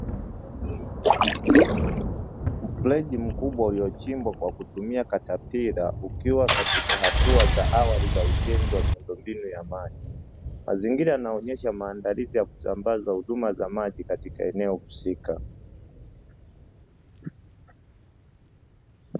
Mfereji mkubwa uliochimbwa kwa kutumia katapila, ukiwa katika hatua za awali za ujenzi wa miundombinu ya maji, mazingira yanaonesha maandalizi ya kusambaza huduma za maji katika eneo husika.